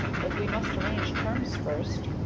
but we must arrange terms first.